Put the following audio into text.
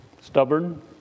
Stubborn